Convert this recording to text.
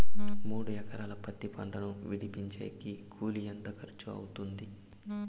మూడు ఎకరాలు పత్తి పంటను విడిపించేకి కూలి ఎంత ఖర్చు అవుతుంది?